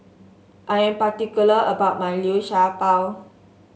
I am particular about my Liu Sha Bao